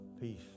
peace